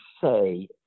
say